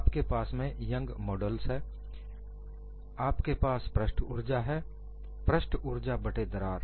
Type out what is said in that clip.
आपके पास में यंग मॉडल्स है आपके पास पृष्ठ ऊर्जा है पृष्ठ ऊर्जा बट्टे दरार